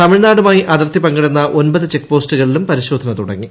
തമിഴ്നാടുമായി അതിർത്തി പങ്കിടുന്ന ഒമ്പത് ചെക് പോസ്റ്റുകളിലും പരിശോധന തുടങ്ങി